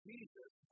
Jesus